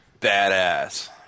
Badass